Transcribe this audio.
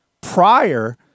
prior